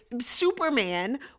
Superman